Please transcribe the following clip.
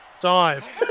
Dive